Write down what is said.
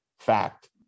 fact